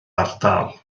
ardal